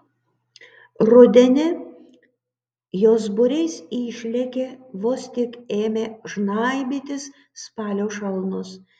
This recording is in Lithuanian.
rudenį jos būriais išlėkė vos tik ėmė žnaibytis spalio šalnos